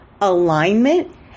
alignment